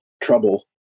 trouble